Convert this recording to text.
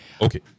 Okay